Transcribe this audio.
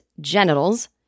Genitals